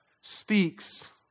speaks